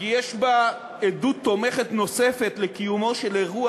כי יש בה עדות תומכת נוספת לקיומו של אירוע